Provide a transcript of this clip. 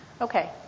Okay